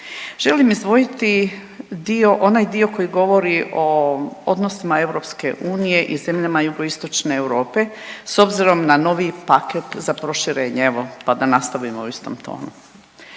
želim izdvojiti dio, onaj dio koji govori o odnosima EU i zemljama jugoistočne Europe s obzirom na novi paket za proširenje, evo pa da nastavimo u istom tonu.